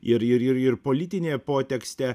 ir ir ir politinę potekstę